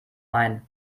main